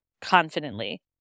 confidently